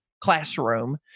classroom